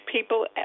people